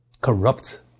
corrupt